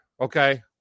okay